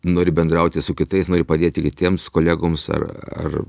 nori bendrauti su kitais nori padėti kitiems kolegoms ar ar